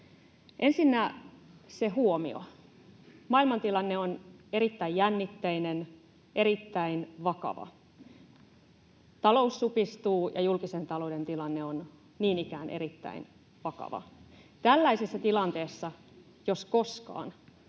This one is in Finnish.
Ensinnä se huomio. Maailmantilanne on erittäin jännitteinen, erittäin vakava. Talous supistuu, ja julkisen talouden tilanne on niin ikään erittäin vakava. Tällaisessa tilanteessa jos koskaan